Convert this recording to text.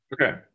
Okay